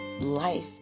life